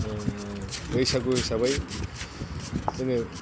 बैसागु हिसाबै जोङो